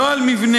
לא על מבנה,